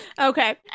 Okay